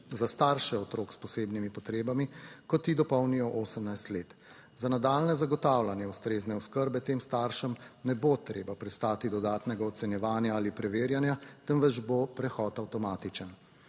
za starše otrok s posebnimi potrebami, ko ti dopolnijo 18 let. Za nadaljnje zagotavljanje ustrezne oskrbe tem staršem ne bo treba pristati dodatnega ocenjevanja ali preverjanja, temveč bo prehod avtomatičen.